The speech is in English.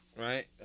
Right